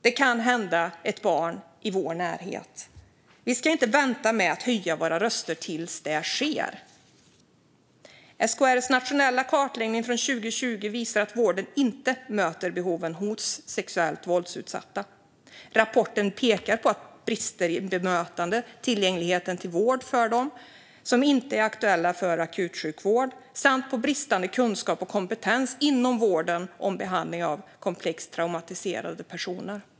Det kan hända ett barn i vår närhet. Vi ska inte vänta med att höja våra röster tills det sker. SKR:s nationella kartläggning från 2020 visar att vården inte möter behoven hos sexuellt våldsutsatta. Rapporten pekar på brister i bemötande och i tillgänglighet till vård för dem som inte är aktuella för akutsjukvård samt på bristande kunskap och kompetens inom vården om behandling av komplext traumatiserade personer.